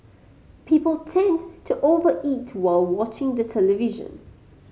people tend to over eat while watching the television